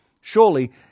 Surely